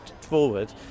forward